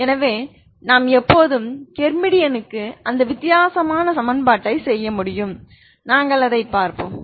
எனவே நான் எப்போதும் ஹெர்மிட்டியனுக்கு அந்த வித்தியாசமான சமன்பாட்டைச் செய்ய முடியும் நாங்கள் அதைப் பார்ப்போம்